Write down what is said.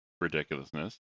ridiculousness